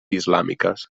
islàmiques